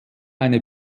eine